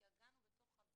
כי הגן הוא בתוך הבית.